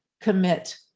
commit